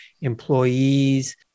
employees